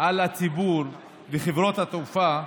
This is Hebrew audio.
על הציבור וחברות התעופה,